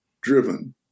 driven